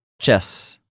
Chess